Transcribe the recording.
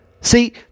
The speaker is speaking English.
See